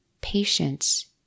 patience